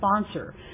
sponsor